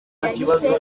yahise